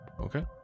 Okay